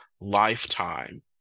lifetime